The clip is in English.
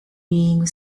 being